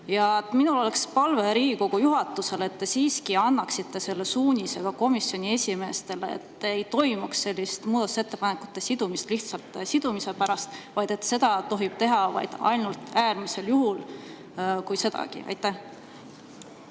Minul on palve Riigikogu juhatusele, et te siiski annaksite selle suunise komisjoni esimeestele, et ei toimuks muudatusettepanekute sidumist lihtsalt sidumise pärast, vaid et seda tohib teha ainult äärmisel juhul, kui sedagi. Aitäh,